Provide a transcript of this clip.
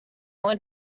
want